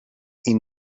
این